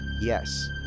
Yes